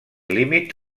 límit